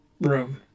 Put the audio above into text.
room